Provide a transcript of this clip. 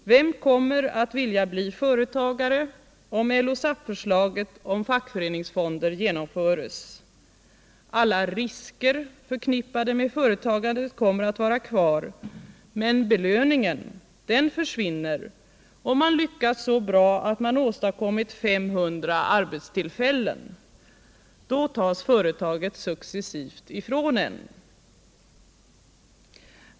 Vem kommer att vilja bli företagare om LO/SAP-förslaget om fackföreningsfonder genomföres? Alla risker förknippade med företagandet kommer att vara kvar. Men belöningen försvinner om man lyckats så bra att man åstadkommit 500 arbetstillfällen. Då tas företaget successivt ifrån en.